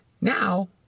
Now